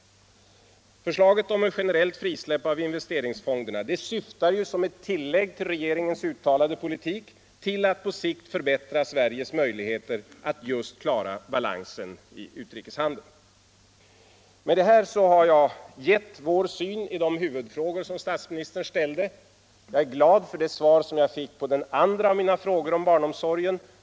Förslaget om ett generellt frisläppande av investeringsfonderna syftar såsom ett tillägg till regeringens uttalade politik till att på sikt förbättra Sveriges möjligheter att just klara balansen i utrikeshandeln. Med detta har jag givit vår syn på de huvudfrågor som statsministern ställde. Jag är glad över det svar som jag fick på den andra av mina frågor om barnomsorgen.